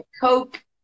Coke